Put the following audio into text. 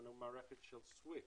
מערכת של סוויפט,